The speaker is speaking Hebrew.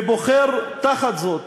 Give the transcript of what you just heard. ובוחר תחת זאת